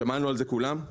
ושמענו על זה כולנו: